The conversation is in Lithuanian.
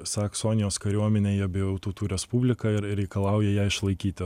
saksonijos kariuomenę į abiejų tautų respubliką ir reikalauja ją išlaikyti